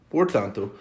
Portanto